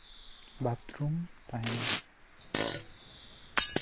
ᱵᱟᱛᱨᱩᱢ ᱛᱟᱦᱮᱸᱱᱟ